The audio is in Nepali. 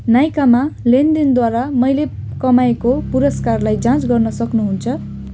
नाइकामा लेनदेनद्वारा मैले कमाएको पुरस्कारलाई जाँच गर्न सक्नुहुन्छ